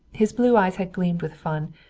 his blue eyes had gleamed with fun,